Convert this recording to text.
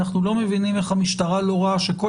אנחנו לא מבינים איך המשטרה לא רואה שכל